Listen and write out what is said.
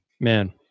man